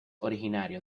originario